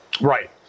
Right